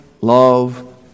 love